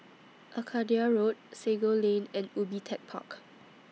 Arcadia Road Sago Lane and Ubi Tech Park